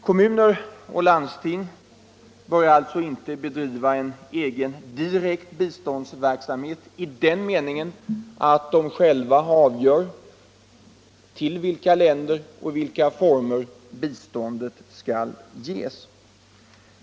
Kommuner och landsting bör alltså inte bedriva en egen, direkt biståndsverksamhet i den meningen att de själva avgör till vilka länder och i vilka former biståndet skall ges.